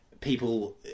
people